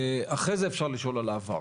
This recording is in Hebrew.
אחרי זה אפשר לשאול על העבר.